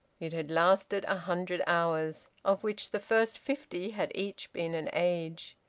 it had lasted a hundred hours, of which the first fifty had each been an age.